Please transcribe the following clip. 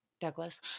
Douglas